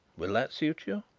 will that suit you?